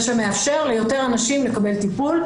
מה שמאפשר ליותר אנשים לקבל טיפול,